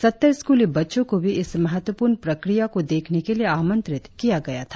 सत्तर स्कूली बच्चों को भी इस महत्वपूर्ण प्रक्रिया को देखने के लिए आमंत्रित किया गया था